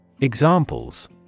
Examples